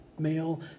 Male